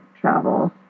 travel